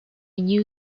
knew